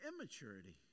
immaturity